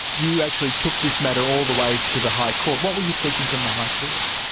you actually took this matter all the way to the high court, what were you seeking from the high court?